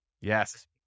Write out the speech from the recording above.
Yes